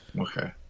okay